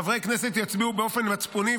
חברי כנסת יצביעו באופן מצפוני,